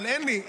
אבל אין לי.